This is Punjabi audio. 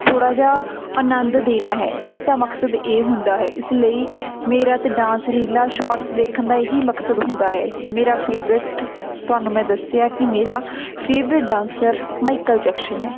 ਥੋੜ੍ਹਾ ਜਿਹਾ ਆਨੰਦ ਦੇਣਾ ਹੈ ਇਸਦਾ ਮਕਸਦ ਇਹ ਹੁੰਦਾ ਹੈ ਇਸ ਲਈ ਮੇਰਾ ਤਾਂ ਡਾਂਸ ਰੀਲਾਂ ਸ਼ੋਟਸ ਦੇਖਣ ਦਾ ਇਹ ਹੀ ਮਕਸਦ ਹੁੰਦਾ ਹੈ ਮੇਰਾ ਫੇਵਰਿਟ ਤੁਹਾਨੂੰ ਮੈਂ ਦੱਸਿਆ ਕਿ ਮੇਰਾ ਫੇਵਰੇਟ ਡਾਂਸਰ ਮਾਈਕਲ ਜੈਕਸ਼ਨ ਹੈ